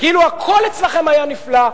כאילו הכול אצלכם היה נפלא,